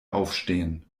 aufstehen